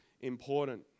important